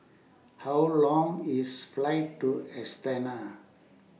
How Long IS Flight to Astana